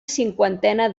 cinquantena